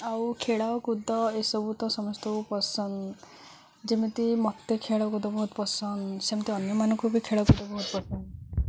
ଆଉ ଖେଳ କୁଦ ଏସବୁ ତ ସମସ୍ତଙ୍କୁ ପସନ୍ଦ ଯେମିତି ମୋତେ ଖେଳକୁଦ ବହୁତ ପସନ୍ଦ ସେମିତି ଅନ୍ୟମାନଙ୍କୁ ବି ଖେଳକୁଦ ବହୁତ ପସନ୍ଦ